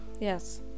Yes